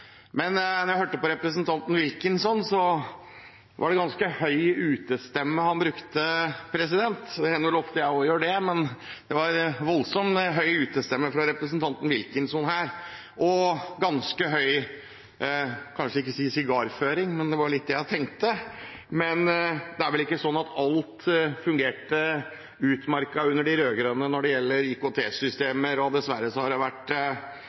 Jeg hørte på representanten Wilkinson, og han brukte en ganske høy utestemme. Det hender ofte at jeg også gjør det, men det var en voldsomt høy utestemme fra representanten Wilkinson og en ganske høy sigarføring – jeg skal kanskje ikke si det, men det var litt det jeg tenkte på. Det var vel ikke alt som fungerte utmerket under de rød-grønne når det gjaldt IKT-systemer. Dessverre har det vært